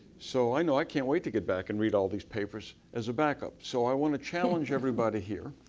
so i know i can't wait to get back and read all these papers as a backup. so, i want to challenge everybody here.